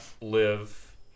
live